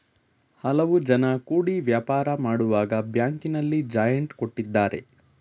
ಹಲವು ಜನ ಕೂಡಿ ವ್ಯಾಪಾರ ಮಾಡುವಾಗ ಬ್ಯಾಂಕಿನಲ್ಲಿ ಜಾಯಿಂಟ್ ಕೊಟ್ಟಿದ್ದಾರೆ